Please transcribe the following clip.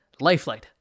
Lifelight